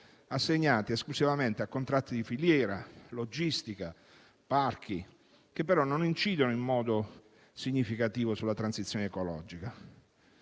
assegnati esclusivamente a contratti di filiera, logistica e parchi, che però non incidono in modo significativo sulla transizione ecologica.